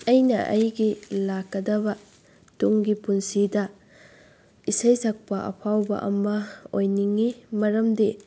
ꯑꯩꯅ ꯑꯩꯒꯤ ꯂꯥꯛꯀꯗꯕ ꯇꯨꯡꯒꯤ ꯄꯨꯟꯁꯤꯗ ꯏꯁꯩ ꯁꯛꯄ ꯑꯐꯥꯎꯕ ꯑꯃ ꯑꯣꯏꯅꯤꯡꯉꯤ ꯃꯔꯝꯗꯤ